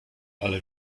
ale